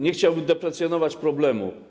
Nie chciałbym deprecjonować problemu.